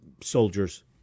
soldiers